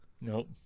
Nope